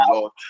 Lord